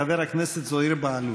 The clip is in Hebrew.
חבר הכנסת זוהיר בהלול.